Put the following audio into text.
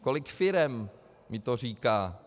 Kolik firem mi to říká.